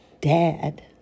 Dad